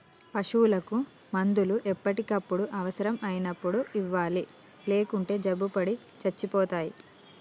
పశువులకు మందులు ఎప్పటికప్పుడు అవసరం అయినప్పుడు ఇవ్వాలి లేకుంటే జబ్బుపడి సచ్చిపోతాయి